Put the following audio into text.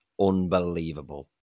unbelievable